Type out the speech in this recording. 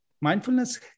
Mindfulness